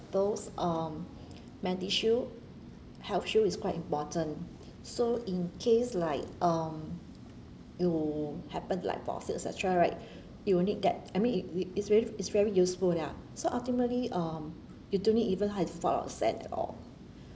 those uh MediShield HealthShield is quite important so in case like um you happened like fall sick et cetera right you only get I mean it it's very it's very useful they're so ultimately um you don't need even have to fork out a cent at all